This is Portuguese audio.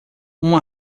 uma